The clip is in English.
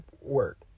work